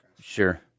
Sure